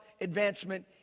advancement